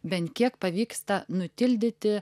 bent kiek pavyksta nutildyti